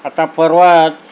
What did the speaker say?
आता परवाच